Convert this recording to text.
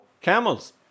camels